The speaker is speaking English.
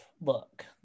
look